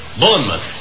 Bournemouth